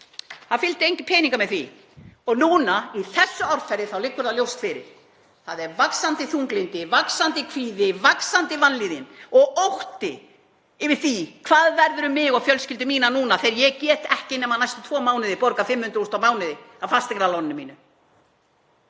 það fylgdu engir peningar með því. Og núna í þessu árferði þá liggur það ljóst fyrir; það er vaxandi þunglyndi, vaxandi kvíði, vaxandi vanlíðan og ótti yfir því hvað verður um mig og fjölskyldu mína núna þegar ég get ekki nema næstu tvo mánuði borgað 500.000 á mánuði af fasteignaláninu mínu.